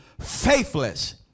faithless